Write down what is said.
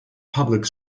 public